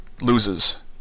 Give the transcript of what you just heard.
loses